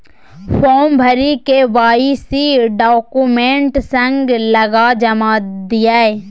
farm भरि KYC document संग लगा जमा दियौ